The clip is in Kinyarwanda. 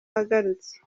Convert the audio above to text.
agarutse